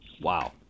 Wow